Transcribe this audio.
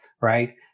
right